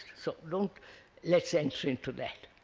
so don't let's enter into that.